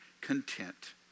content